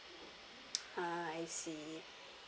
ah I see